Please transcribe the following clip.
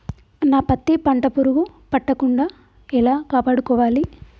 నా పత్తి పంట పురుగు పట్టకుండా ఎలా కాపాడుకోవాలి?